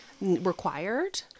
required